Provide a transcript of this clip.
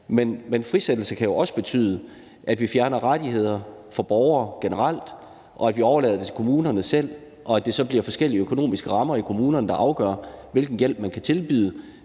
Men frisættelse kan jo også betyde, at vi fjerner rettigheder fra borgere generelt, og at vi overlader det til kommunerne selv, og at det så bliver forskellige økonomiske rammer i kommunerne, der afgør, hvilken hjælp man kan tilbyde,